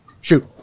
Shoot